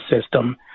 system